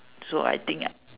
so I think I